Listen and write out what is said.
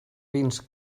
vins